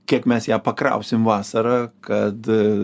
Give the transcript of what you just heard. kiek mes ją pakrausim vasarą kad